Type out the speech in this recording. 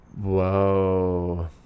Whoa